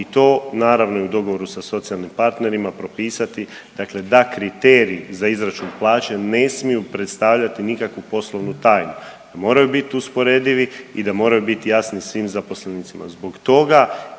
i to naravno i u dogovoru sa socijalnim partnerima propisati, dakle da kriterij za izračun plaće ne smiju predstavljati nikakvu poslovnu tajnu, da moraju biti usporedivi i da moraju biti jasni svim zaposlenicima. Zbog toga